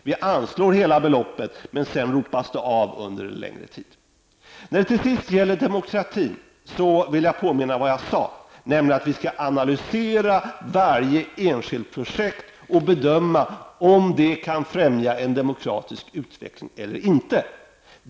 Vi anslår hela beloppet, men sedan ropas det av under en längre tid. När det till sist gäller demokratin vill jag påminna om vad jag tidigare sade, nämligen att vi skall analysera varje enskilt projekt och bedöma om det kan främja en demokratisk utveckling eller inte.